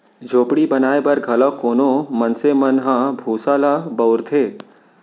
झोपड़ी बनाए बर घलौ कोनो मनसे मन ह भूसा ल बउरथे